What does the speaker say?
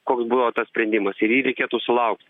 koks buvo tas sprendimas ir jį reikėtų sulaukti